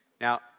now